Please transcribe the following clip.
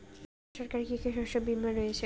রাজ্য সরকারের কি কি শস্য বিমা রয়েছে?